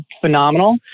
phenomenal